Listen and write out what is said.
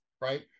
right